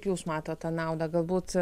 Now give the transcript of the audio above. jūs matot tą naudą galbūt